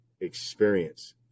experience